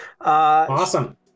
Awesome